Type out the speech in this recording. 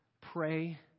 pray